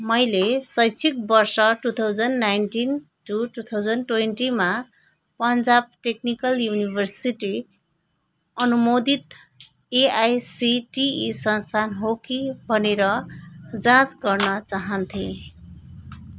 मैले शैक्षिक वर्ष two thousand nineteen to two thousand ट्वेन्टीमा पन्जाब टेक्निकल युनिभर्सिटी अनुमोदित एआइसिटिई संस्थान हो कि भनेर जाँच गर्न चाहन्थेँ